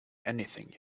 anything